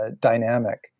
dynamic